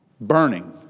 burning